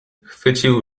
chwycił